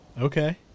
Okay